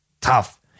tough